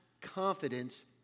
confidence